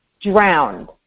drowned